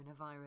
coronavirus